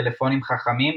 טלפונים חכמים,